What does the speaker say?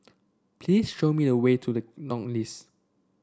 please show me the way to the none list